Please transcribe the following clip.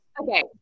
Okay